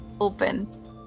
open